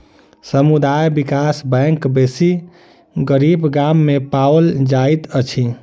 समुदाय विकास बैंक बेसी गरीब गाम में पाओल जाइत अछि